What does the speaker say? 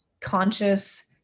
conscious